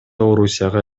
орусияга